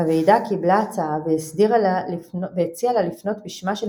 הוועידה קיבלה ההצעה והציעה לה לפנות בשמה של